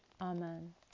Amen